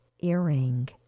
earring